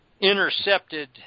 intercepted